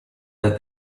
that